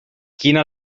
quina